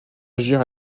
agir